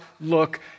look